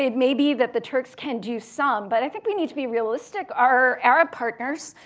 it may be that the turks can do some, but i think we need to be realistic. our arab partners,